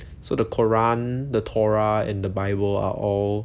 so the quran the torah and the bible are all